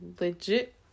legit